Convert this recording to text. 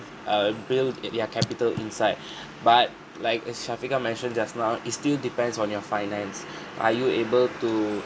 err build it their capital inside but like as shafiqah mentioned just now it's still depends on your finance are you able to